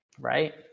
right